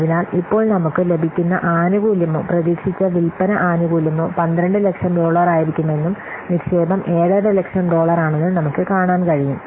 അതിനാൽ ഇപ്പോൾ നമുക്ക് ലഭിക്കുന്ന ആനുകൂല്യമോ പ്രതീക്ഷിച്ച വിൽപ്പന ആനുകൂല്യമോ 1200000 ഡോളറായിരിക്കുമെന്നും നിക്ഷേപം 750000 ഡോളറാണെന്നും നമുക്ക് കാണാൻ കഴിയും